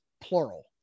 plural